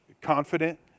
confident